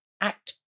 act